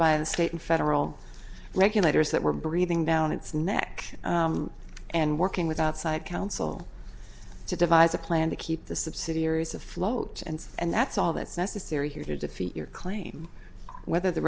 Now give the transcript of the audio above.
by the state and federal regulators that were breathing down its neck and working with outside counsel to devise a plan to keep the subsidiaries afloat and and that's all that's necessary here to defeat your claim whether the